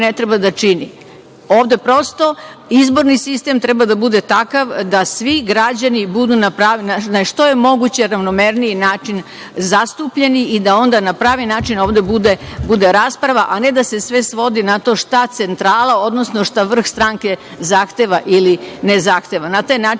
ne treba da čini. Ovde, prosto, izborni sistem treba da bude takav da svi građani budu na što je moguće ravnomerniji način zastupljeni i da onda na pravi način ovde bude rasprava, a ne da se sve svodi na to šta centrala, odnosno šta vrh stranke zahteva ili ne zahteva. Na taj način